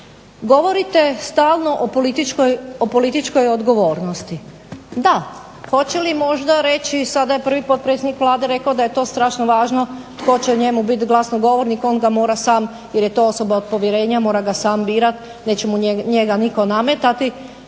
Govorite stalno o političkoj odgovornosti. Da, hoće li možda reći sada je prvi potpredsjednik Vlade rekao da je to strašno važno tko će njemu biti glasnogovornik onda mora sam jer je to osoba od povjerenja mora ga sam birati. Neće mu njega nitko nametati.